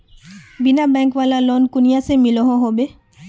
बिना बैंक वाला लोन कुनियाँ से मिलोहो होबे?